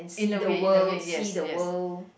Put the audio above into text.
see the world see the world